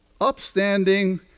upstanding